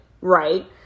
right